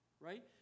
right